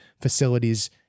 facilities